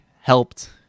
helped